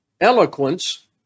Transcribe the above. Eloquence